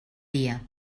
dia